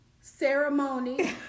ceremony